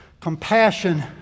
compassion